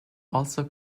also